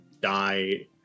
die